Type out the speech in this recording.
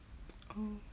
oh